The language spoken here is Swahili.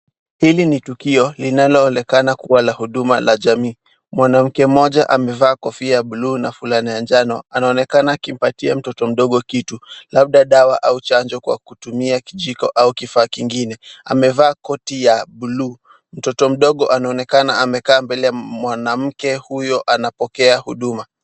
Hili ni tukio linalo onekana kuwa la huduma la jamii mwanamke mmoja amevaa kofia bluu na fulani ya njano, anaonekana akimpatia mtoto mdogo kitu, labda dawa au chanjo kwa kutumia kijiko au kifaa kingine, amevaa koti ya bluu, mtoto mdogo anaonekana amekaa mbele ya mwanamke huyo anapokea huduma.